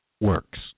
works